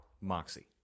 moxie